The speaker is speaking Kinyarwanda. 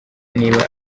niba